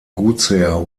gutsherr